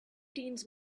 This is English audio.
teens